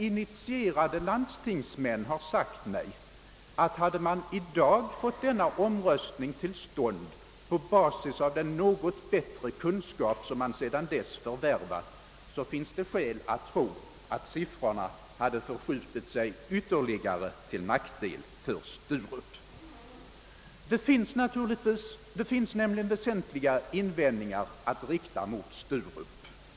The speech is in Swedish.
Initierade landstingsmän har sagt mig att om man hade fått till stånd omröstning i dag på basis av den något bättre kunskap som man sedan dess förvärvat finns det skäl att tro att det hade blivit en ytterligare förskjutning av siffrorna till nackdel för Sturup-alternativet. Det finns nämligen väsentliga in vändningar att rikta mot Sturup-alternativet.